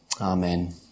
Amen